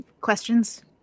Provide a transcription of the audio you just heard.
questions